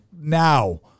now